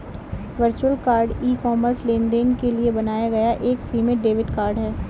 virtual card e commerce लेनदेन के लिए बनाया गया एक सीमित डेबिट कार्ड है